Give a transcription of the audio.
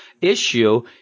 issue